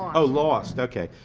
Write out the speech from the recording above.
oh lost ok.